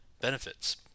benefits